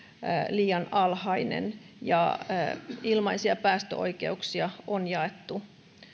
liian alhainen ja ilmaisia päästöoikeuksia on jaettu